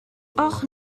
och